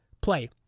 play